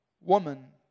woman